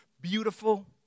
beautiful